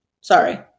Sorry